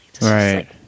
right